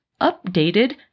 updated